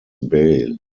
bail